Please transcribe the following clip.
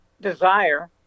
desire